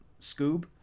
Scoob